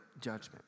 judgment